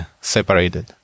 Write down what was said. separated